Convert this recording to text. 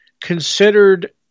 considered